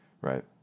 Right